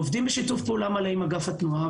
עובדים בשיתוף פעולה מלא עם אגף התנועה,